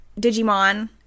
Digimon